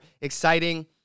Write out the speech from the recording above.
exciting